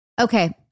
Okay